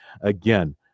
Again